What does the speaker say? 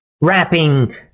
rapping